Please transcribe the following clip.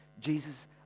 Jesus